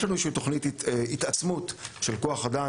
לנו איזושהי תוכנית התעצמות של כוח אדם,